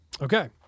Okay